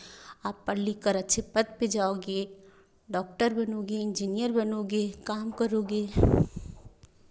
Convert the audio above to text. आप पढ़ लिख कर अच्छे पद पर जाओगे डॉक्टर बनोगे इंजीनियर बनोगे काम करोगे